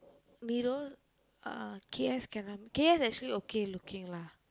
Niru uh K_S cannot K_S actually okay looking lah